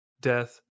death